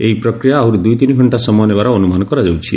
ଏହି ପ୍ରକ୍ରିୟା ଆହୁରି ଦୁଇ ତିନି ଘଣ୍ଟା ସମୟ ନେବାର ଅନୁମାନ କରାଯାଉଛି